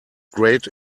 great